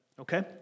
okay